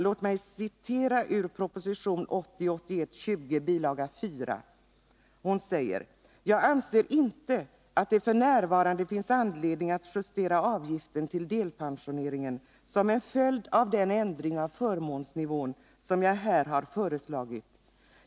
Låt mig citera ur proposition 1980/81:20, bil. 4: ”Jag anser inte att det f.n. finns anledning att justera avgiften till delpensioneringen som en följd av den ändring av förmånsnivån som jag här har föreslagit.